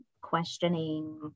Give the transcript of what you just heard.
questioning